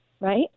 right